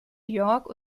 york